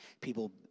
people